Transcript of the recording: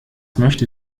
möchte